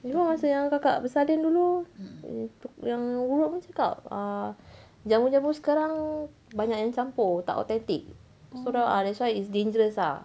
dulu masa yang kakak bersalin dulu yang urut pun cakap err jamu-jamu sekarang banyak yang campur tak authentic so that's why it's dangerous ah